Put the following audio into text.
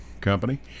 Company